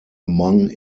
among